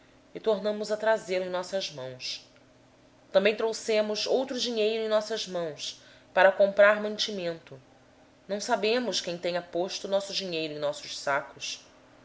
e tornamos a trazê-lo em nossas mãos também trouxemos outro dinheiro em nossas mãos para comprar mantimento não sabemos quem tenha posto o dinheiro em nossos sacos